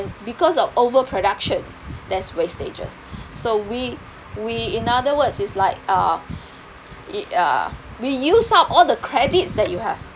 because of overproduction there's wastages so we we in other words is like uh it uh we use up all the credits that you have